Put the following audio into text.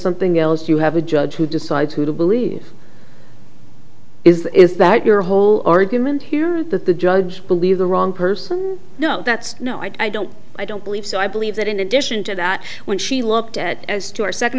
something else you have a judge who decides who to believe is that is that your whole argument here is that the judge believe the wrong person no that's no i don't i don't believe so i believe that in addition to that when she looked at as to our second